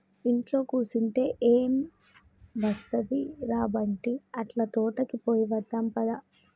ఇంట్లో కుసంటే ఎం ఒస్తది ర బంటీ, అట్లా తోటకి పోయి వద్దాం పద